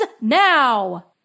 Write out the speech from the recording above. now